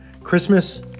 Christmas